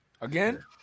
Again